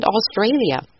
Australia